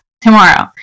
tomorrow